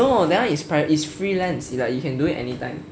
no that one is freelance like you can do it anytime